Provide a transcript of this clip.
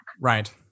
Right